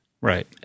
Right